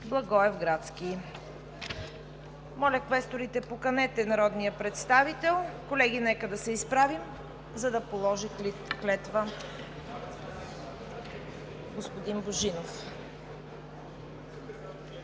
Благоевградски.“ Моля, квесторите, поканете народния представител. Колеги, нека да се изправим, за да положи клетва господин Божинов.